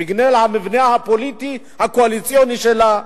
בגלל המבנה הפוליטי הקואליציוני שלה?